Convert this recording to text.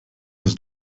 has